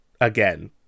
again